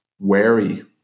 wary